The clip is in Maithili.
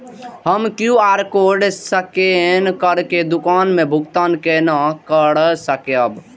हम क्यू.आर कोड स्कैन करके दुकान में भुगतान केना कर सकब?